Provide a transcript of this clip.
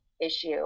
issue